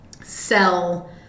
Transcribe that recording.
sell